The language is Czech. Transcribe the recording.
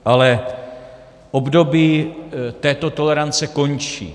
Ale období této tolerance končí.